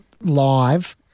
live